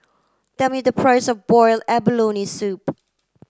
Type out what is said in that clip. tell me the price of boiled abalone soup